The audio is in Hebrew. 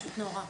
זה פשוט נורא.